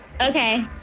Okay